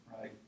right